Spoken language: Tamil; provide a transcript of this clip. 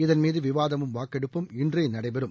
இதன் மீது விவாதமும் வாக்கெடுப்பும் இன்றே நடைபெறும்